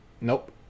Nope